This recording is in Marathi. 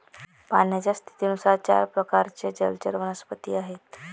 पाण्याच्या स्थितीनुसार चार प्रकारचे जलचर वनस्पती आहेत